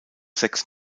sechs